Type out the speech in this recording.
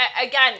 again